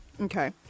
okay